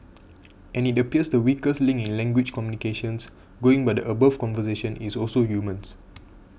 and it appears the weakest link in language communications going by the above conversation is also humans